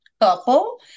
couple